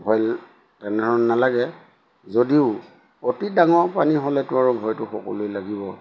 ভয় তেনেধৰণে নালাগে যদিও অতি ডাঙৰ পানী হ'লেতো আৰু ভয়টো সকলোৰে লাগিব